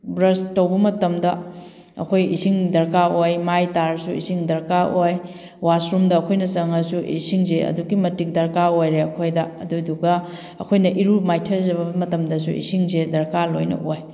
brush ꯇꯧꯕ ꯃꯇꯝꯗ ꯑꯩꯈꯣꯏ ꯏꯁꯤꯡ ꯗꯔꯀꯥꯔ ꯑꯣꯏ ꯃꯥꯏ ꯇꯥꯔꯁꯨ ꯏꯁꯤꯡ ꯗꯔꯀꯥꯔ ꯑꯣꯏ ꯋꯥꯁ ꯔꯨꯝꯗ ꯑꯩꯈꯣꯏꯅ ꯆꯪꯉꯁꯨ ꯏꯁꯤꯡꯁꯦ ꯑꯗꯨꯛꯀꯤ ꯃꯇꯤꯛ ꯗꯔꯀꯥꯔ ꯑꯣꯏꯔꯦ ꯑꯩꯈꯣꯏꯗ ꯑꯗꯨꯗꯨꯒ ꯑꯩꯈꯣꯏꯅ ꯏꯔꯨ ꯃꯥꯏꯊꯖꯕ ꯃꯇꯝꯗꯁꯨ ꯏꯁꯤꯡꯁꯦ ꯗꯔꯀꯥꯔ ꯂꯣꯏꯅ ꯑꯣꯏ